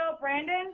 Brandon